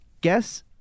Guess